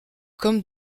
comme